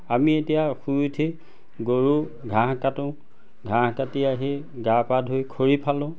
আমি এতিয়া শুই উঠি গৰু ঘাঁহ কাটোঁ ঘাঁহ কাটি আহি গা পা ধুই খৰি ফালোঁ